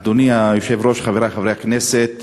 אדוני היושב-ראש, חברי חברי הכנסת,